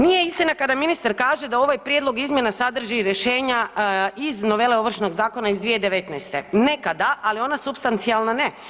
Nije istina kada ministar kaže da ovaj prijedlog izmjena sadrži i rješenja iz novele Ovršnog zakona iz 2019., nekada, ali ona supstancijalna ne.